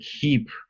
keep